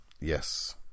Yes